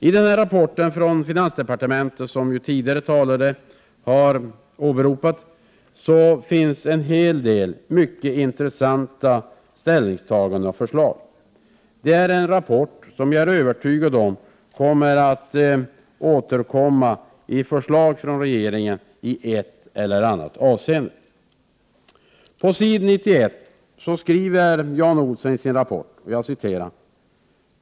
I rapporten från finansdepartementet — ”Vad ska staten äga?” — som tidigare talare har åberopat finns det en hel del mycket intressanta ställningstaganden och förslag. Det är en rapport som jag är övertygad om kommer att resultera i förslag från regeringen i ett eller annat avseende.